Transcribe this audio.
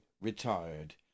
retired